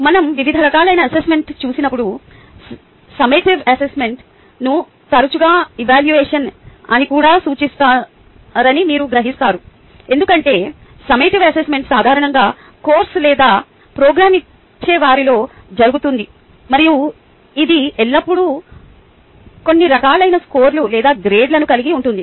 మనం వివిధ రకాలైన అసెస్మెంట్ చూసినపుడు సమ్మేటివ్ అసెస్మెంట్ను తరచూ ఎవాల్యువషన్ అని కూడా సూచిస్తారని మీరు గ్రహిస్తారు ఎందుకంటే సమ్మేటివ్ అసెస్మెంట్ సాధారణంగా కోర్సు లేదా ప్రోగ్రామ్ చివరిలో జరుగుతుంది మరియు ఇది ఎల్లప్పుడూ కొన్ని రకాల స్కోర్లు లేదా గ్రేడింగ్ను కలిగి ఉంటుంది